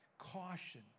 caution